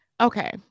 Okay